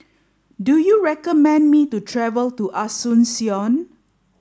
do you recommend me to travel to Asuncion